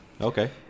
Okay